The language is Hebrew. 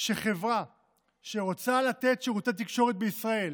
שחברה שרוצה לתת שירותי תקשורת בישראל